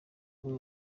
ngo